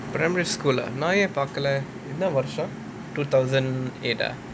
primary school ah நான் ஏன் பாக்கல என்ன வருஷம்:naan yaen paakala enna varusham two thousand eight ah